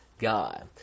God